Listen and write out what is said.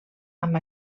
amb